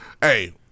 Hey